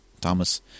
Thomas